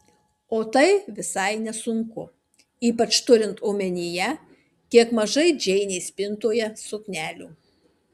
o tai visai nesunku ypač turint omenyje kiek mažai džeinės spintoje suknelių